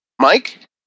Mike